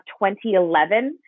2011